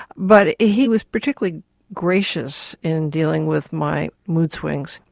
but he was particularly gracious in dealing with my mood swings,